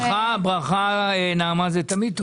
ברכה, ברכה מנעמה זה תמיד טוב.